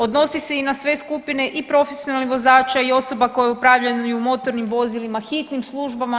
Odnosi se i na sve skupine i profesionalnih vozača i osoba koje upravljaju motornim vozilima, hitnim službama.